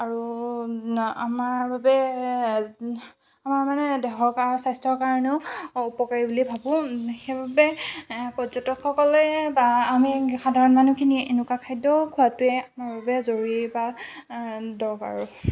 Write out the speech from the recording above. আৰু আমাৰ বাবে আমাৰ মানে দেহৰ কাৰণে স্বাস্থ্যৰ কাৰণেও উপকাৰী বুলিয়েই ভাবোঁ সেইবাবে পৰ্যটকসকলে বা আমি সাধাৰণ মানুহখিনিয়ে এনেকুৱা খাদ্য খোৱাটোৱে আমাৰ বাবে জৰুৰী বা দ বাৰু